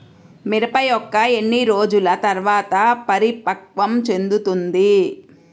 మిరప మొక్క ఎన్ని రోజుల తర్వాత పరిపక్వం చెందుతుంది?